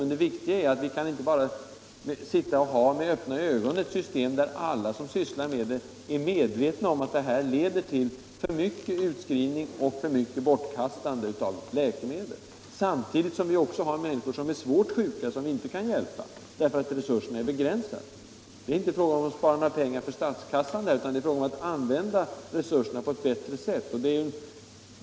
Men vi kan inte med öppna ögon ha ett system, där alla som sysslar med det är medvetna om att det leder till för stor utskrivning och för mycket bortkastande av läkemedel, samtidigt som det finns människor som är svårt sjuka och som vi inte kan hjälpa därför att resurserna är begränsade. Det är inte fråga om att spara pengar för statskassan, utan det gäller att använda resurserna på ett bättre sätt.